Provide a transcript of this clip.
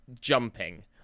jumping